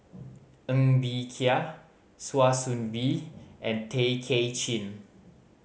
Ng Bee Kia Kwa Soon Bee and Tay Kay Chin